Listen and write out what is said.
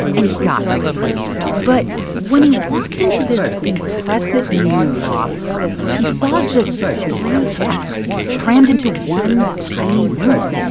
and he got it but when he walked into this impressive, new law firm, he saw just three desks crammed into one tiny room.